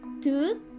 Two